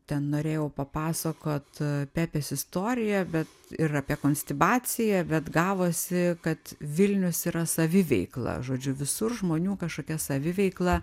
ten norėjau papasakot pepės istoriją bet ir apie konstibaciją bet gavosi kad vilnius yra saviveikla žodžiu visur žmonių kažkokia saviveikla